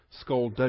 skull